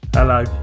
Hello